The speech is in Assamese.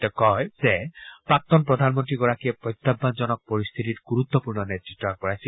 তেওঁ কয় যে প্ৰাক্তন প্ৰধানমন্ত্ৰীগৰাকীয়ে প্ৰত্যাহানজনক পৰিস্থিতিত গুৰুত্বপূৰ্ণ নেতৃত্ব আগবঢ়াইছিল